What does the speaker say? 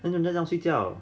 !wah! then 怎么样睡觉